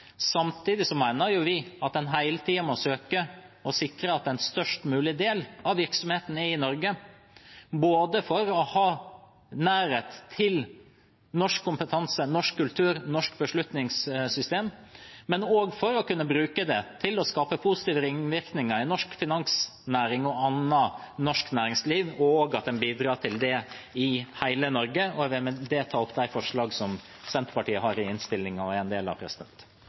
vi at man hele tiden må søke å sikre at en størst mulig del av virksomheten er i Norge, både for å ha nærhet til norsk kompetanse, norsk kultur og norsk beslutningssystem, og for å kunne bruke det til å skape positive ringvirkninger i norsk finansnæring og annet norsk næringsliv – og at man bidrar til det i hele Norge. Jeg vil med det ta opp de forslagene som Senterpartiet er en del av. Da har